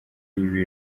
ibi